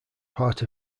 part